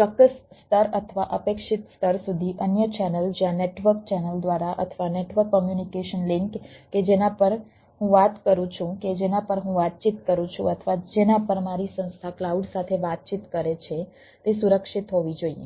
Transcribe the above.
ચોક્કસ સ્તર અથવા અપેક્ષિત સ્તર સુધી અન્ય ચેનલ જ્યાં નેટવર્ક ચેનલ દ્વારા અથવા નેટવર્ક કોમ્યુનિકેશન લિંક કે જેના પર હું વાત કરું છું કે જેના પર હું વાતચીત કરું છું અથવા જેના પર મારી સંસ્થા ક્લાઉડ સાથે વાતચીત કરે છે તે સુરક્ષિત હોવી જોઈએ